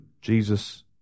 Jesus